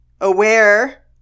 aware